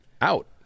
out